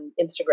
Instagram